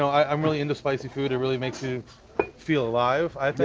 i'm really into spicy food. it really makes you feel alive,